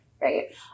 right